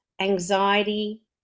anxiety